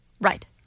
Right